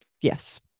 yes